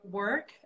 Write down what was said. work